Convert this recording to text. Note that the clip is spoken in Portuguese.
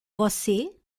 você